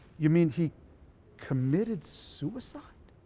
you mean he committed suicide.